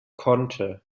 konnte